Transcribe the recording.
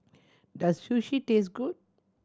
does Sushi taste good